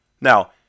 Now